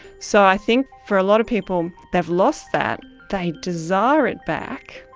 so i think for a lot of people they've lost that, they desire it back,